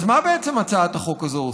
אז מה בעצם הצעת החוק הזו עושה?